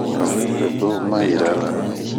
A we vɛɛ loo ma un yira ra.